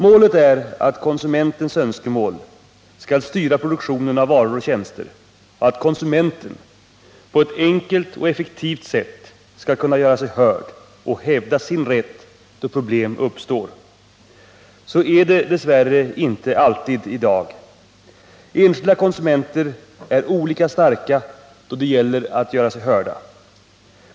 Målet är att konsumentens önskemål skall styra produktionen av varor och tjänster och att konsumenten på ett enkelt och effektivt sätt skall kunna göra sig hörd och hävda sin rätt då problem uppstår. Så är det dess värre inte alltid i dag. Enskilda konsumenter är olika starka då det gäller att göra sig hörda.